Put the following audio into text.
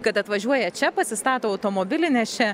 kad atvažiuoja čia pasistato automobilį nes čia